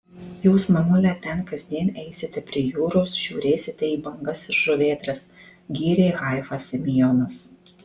jūs mamule ten kasdien eisite prie jūros žiūrėsite į bangas ir žuvėdras gyrė haifą semionas